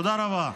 תודה רבה.